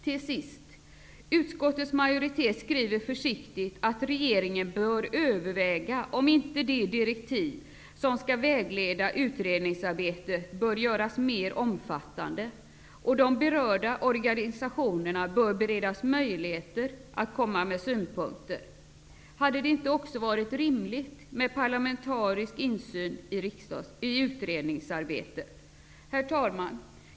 Till sist: utskottets majoritet skriver försiktigt att regeringen bör överväga om inte de direktiv som skall vägleda utredningsarbetet bör göras mer omfattande. Och de berörda organisationerna bör beredas möjligheter att komma med synpunkter. Hade det inte också varit rimligt med parlamentarisk insyn i utredningsarbetet? Herr talman!